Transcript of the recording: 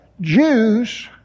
Jews